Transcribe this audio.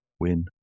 Win